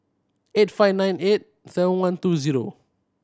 eight five nine eight seven one two zero